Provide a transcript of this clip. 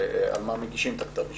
על מה מגישים את כתב האישום.